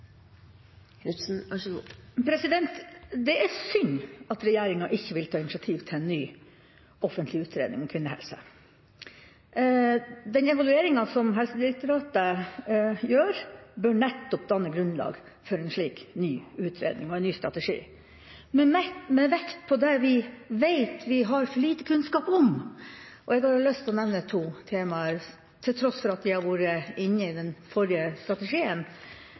Det er synd at regjeringa ikke vil ta initiativ til en ny offentlig utredning om kvinnehelse. Evalueringa som Helsedirektoratet gjør, bør danne grunnlaget for nettopp en slik ny utredning og en ny strategi, med vekt på det vi vet vi har for lite kunnskap om. Jeg har lyst å nevne to temaer, til tross for at de har vært med i den forrige strategien: